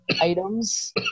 items